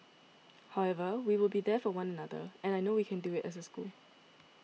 however we will be there for one another and I know we can do it as a school